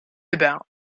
about